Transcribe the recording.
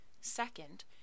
second